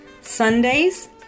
Sundays